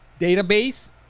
database